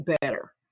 better